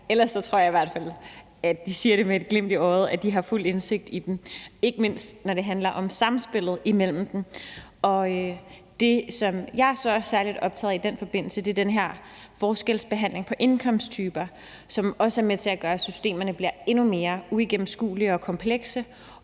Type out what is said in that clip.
hvert fald, at de siger det med glimt i øjet – har fuld indsigt i dem, ikke mindst når det handler om samspillet mellem dem. Det, som jeg så er særlig optaget af i den forbindelse, er den her forskelsbehandling mellem indkomsttyper, som også er med til at gøre, at systemerne bliver endnu mere uigennemskuelige og komplekse,